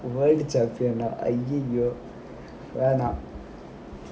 I'm worried for child care now I !aiyiyo! வேணாம்:venaam